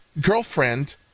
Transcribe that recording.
girlfriend